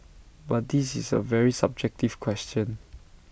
but this is A very subjective question